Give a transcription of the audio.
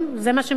זה מה שמשתמע?